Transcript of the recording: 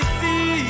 see